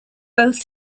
both